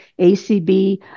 ACB